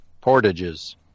portages